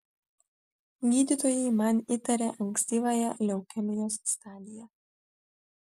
gydytojai man įtarė ankstyvąją leukemijos stadiją